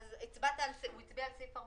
אז הצבעת על סעיף 14?